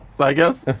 but i guess?